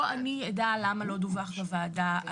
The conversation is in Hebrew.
לא אני אדע למה לא דווח לוועדה.